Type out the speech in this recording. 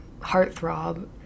Heartthrob